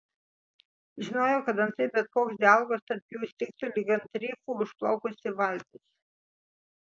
žinojo kad antraip bet koks dialogas tarp jų įstrigtų lyg ant rifų užplaukusi valtis